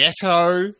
ghetto